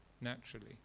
naturally